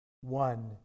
one